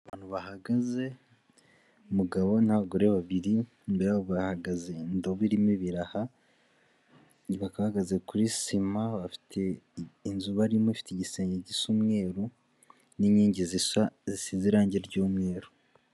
Abantu bahagaze umugabo n'abagore babiri, imbere yabo hahagaze indobo irimo ibiraha, bakaba bahagaze kuri sima, bafite inzu barimo ifite igisenge gisa umweru n'inkingi zisize irangi ryumweru.